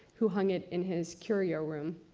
who hung it in his curio room.